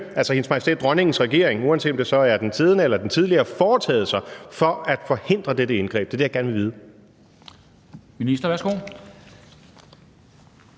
altså Hendes Majestæt Dronningens regering, uanset om det så er den siddende eller den tidligere, foretaget sig for at forhindre dette indgreb? Det er det, jeg gerne vil vide.